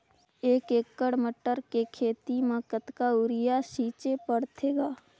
एक एकड़ मटर के खेती म कतका युरिया छीचे पढ़थे ग?